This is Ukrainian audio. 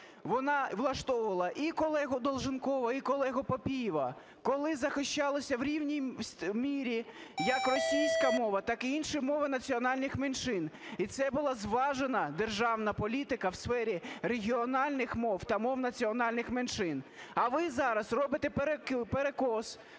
вона влаштовувала і колегу Долженкова, і колегу Папієва, коли захищалася в рівній мірі як російська мова, так і інші мови національних меншин. І це була зважена державна політика в сфері регіональних мов та мов національних меншин. А ви зараз робите перекос